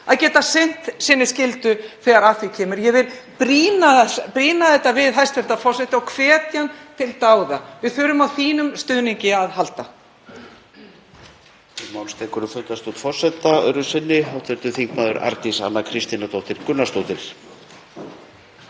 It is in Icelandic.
að geta sinnt skyldu sinni þegar að því kemur. Ég vil brýna þetta við hæstv. forseta og hvetja hann til dáða. Við þurfum á þínum stuðningi að halda.